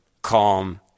calm